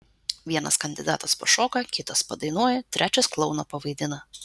vienas kandidatas pašoka kitas padainuoja trečias klouną pavaidina